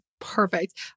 Perfect